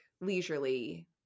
leisurely